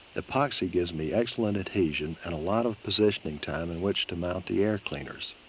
epoxy gives me excellent adhesion and a lot of positioning time in which to mount the air cleaners.